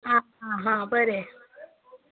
हां हां हां बरें